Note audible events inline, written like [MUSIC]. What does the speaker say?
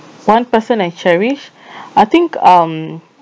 one person I cherish [BREATH] I think um